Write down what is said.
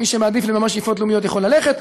מי שמעדיף לממש שאיפות לאומיות יכול ללכת,